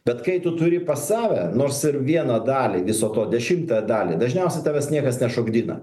bet kai tu turi pas save nors ir vieną dalį viso to dešimtąją dalį dažniausiai tavęs niekas nešokdina